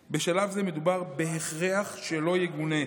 כן, בשלב זה מדובר בהכרח לא יגונה.